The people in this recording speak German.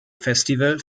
festival